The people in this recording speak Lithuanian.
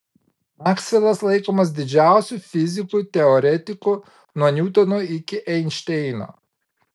maksvelas laikomas didžiausiu fiziku teoretiku nuo niutono iki einšteino